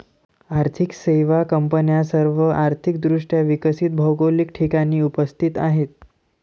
आर्थिक सेवा कंपन्या सर्व आर्थिक दृष्ट्या विकसित भौगोलिक ठिकाणी उपस्थित आहेत